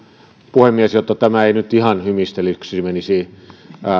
puhemies jotta tämä ei nyt menisi ihan hymistelyksi